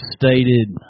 stated